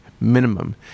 minimum